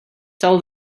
tell